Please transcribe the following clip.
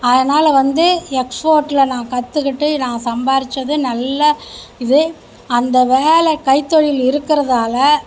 அதனால் வந்து எக்ஸ்போர்ட்லலாம் கற்றுக்கிட்டு நான் சம்பாரித்தது நல்ல இது அந்த வேலை கைத்தொழில் இருக்கிறதால